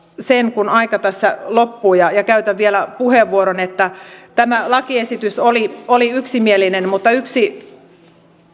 sen kun aika tässä loppuu ja ja käytän vielä puheenvuoron että tämä lakiesitys oli oli yksimielinen mutta yksi